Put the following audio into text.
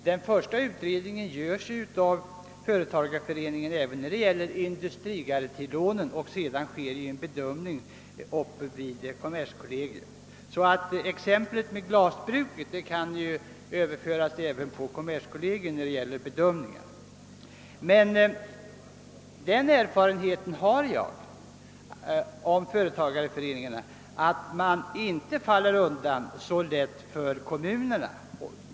Den första utredningen verkställs 1 företagareföreningen även när det gäller industrigarantilånen, och sedan sker en bedömning i kommerskollegium. Jag har emellertid den erfaranheten att företagareföreningarna inte så lätt faller undan för kommunerna.